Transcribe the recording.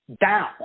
down